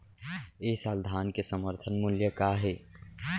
ए साल धान के समर्थन मूल्य का हे?